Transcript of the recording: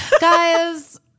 Guys